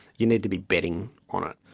you need to be betting on it.